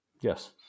Yes